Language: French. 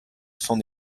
son